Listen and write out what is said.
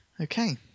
Okay